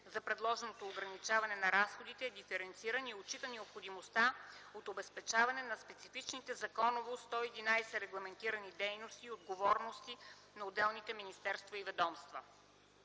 за предложеното ограничаване на разходите е диференциран и отчита необходимостта от обезпечаване на специфичните 111 законово регламентирани дейности и отговорности на отделните министерства и ведомства.